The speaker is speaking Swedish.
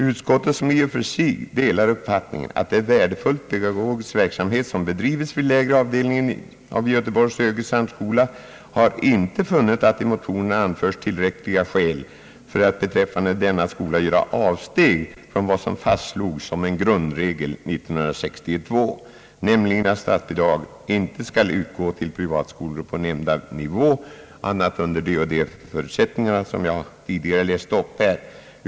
Utskottet som i och för sig delar uppfattningen, att det är en värdefull pedagogisk verksamhet som bedrives vid lägre avdelningen av Göteborgs högre samskola, har inte funnit att i motionerna anförts tillräckliga skäl för att beträffande denna skola göra avsteg från vad som fastslogs som en grundregel 1962, nämligen att statsbidrag inte skall utgå till privatskolor på nämnda nivå» annat än under de förutsättningar som jag tidigare återgivit här.